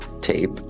tape